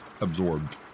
absorbed